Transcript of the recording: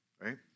Right